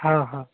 ହଉ ହଉ